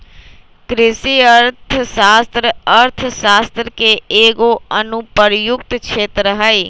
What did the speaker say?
कृषि अर्थशास्त्र अर्थशास्त्र के एगो अनुप्रयुक्त क्षेत्र हइ